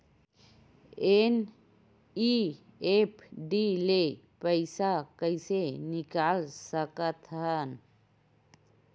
NEFT ले पईसा कइसे निकाल सकत हन?